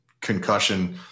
concussion